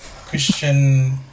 Christian